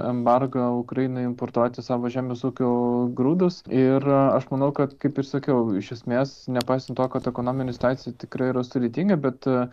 embargą ukrainai importuoti savo žemės ūkio grūdus ir aš manau kad kaip ir sakiau iš esmės nepaisant to kad ekonominė situacija tikrai yra sudėtinga bet